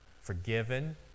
forgiven